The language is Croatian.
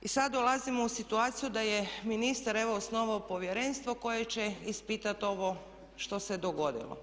I sad dolazimo u situaciju da je ministar evo osnovao povjerenstvo koje će ispitat ovo što se dogodilo.